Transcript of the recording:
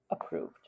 approved